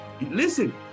Listen